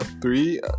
three